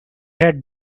had